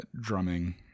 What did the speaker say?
drumming